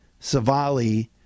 Savali